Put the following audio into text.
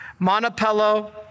Montepello